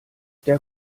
der